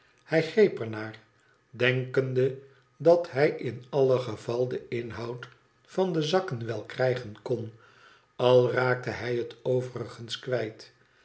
hij greep er naar denkende dat hij in alle geval den inhoud van de zakken wel krijgen kon al raakte hij het overigens kwijt